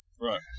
Right